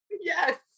Yes